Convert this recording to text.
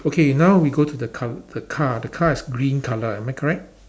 okay now we go to the car the car the car is green colour am I correct